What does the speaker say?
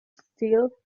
still